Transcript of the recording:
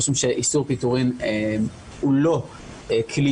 אנחנו חושבים שאיסור פיטורים הוא לא כלי